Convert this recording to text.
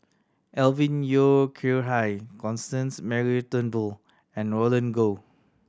Alvin Yeo Khirn Hai Constance Mary Turnbull and Roland Goh